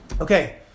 Okay